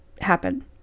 happen